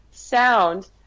sound